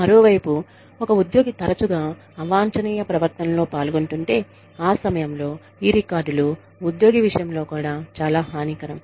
మరోవైపు ఒక ఉద్యోగి తరచుగా అవాంఛనీయ ప్రవర్తనలో పాల్గొంటుంటేఆ సమయంలో ఈ రికార్డులు ఉద్యోగి విషయంలో కూడా చాలా హానికరం